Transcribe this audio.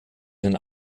den